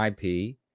IP